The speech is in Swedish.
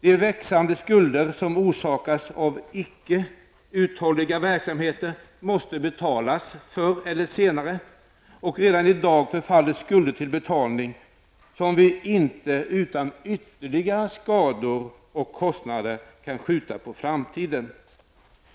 De växande skulder som orsakas av icke uthålliga verksamheter måste betalas förr eller senare, och redan i dag förfaller skulder till betalning, som vi inte utan ytterligare skador och kostnader kan skjuta på framtiden.